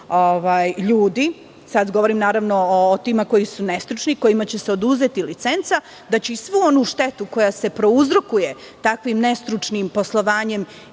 sada govorim o tim ljudima koji su nestručni, kojima će se oduzeti licenca, svu onu štetu koju prouzrokuju takvim nestručnim poslovanjem